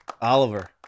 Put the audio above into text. Oliver